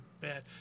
bad